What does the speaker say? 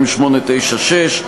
מ/896.